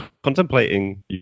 contemplating